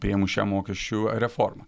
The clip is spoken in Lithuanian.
priėmus šią mokesčių reformą